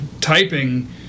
typing